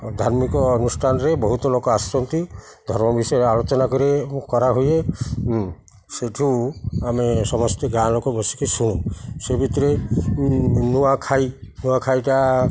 ଧାର୍ମିକ ଅନୁଷ୍ଠାନରେ ବହୁତ ଲୋକ ଆସୁନ୍ତି ଧର୍ମ ବିଷୟରେ ଆଲୋଚନା କରି କରାହୁୁଏ ସେଠୁ ଆମେ ସମସ୍ତେ ଗାଁ ଲୋକ ବସିକି ଶୁଣୁ ସେ ଭିତରେ ନୂଆଖାଇ ନୂଆଖାଇଟା